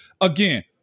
Again